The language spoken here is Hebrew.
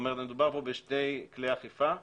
כלומר מדובר פה בשני כלי אכיפה נפרדים.